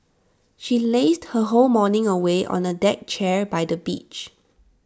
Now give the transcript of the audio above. she lazed her whole morning away on A deck chair by the beach